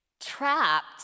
Trapped